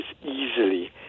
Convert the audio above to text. easily